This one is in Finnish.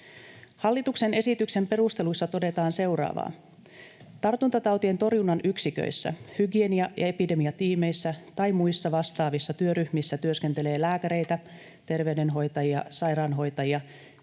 Hallituksen esityksen perusteluissa todetaan seuraavaa: ”Tartuntatautien torjunnan yksiköissä, hygienia- ja epidemiatiimeissä tai muissa vastaavissa työryhmissä työskentelee lääkäreitä, terveydenhoitajia, sairaanhoitaja,